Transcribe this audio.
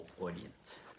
audience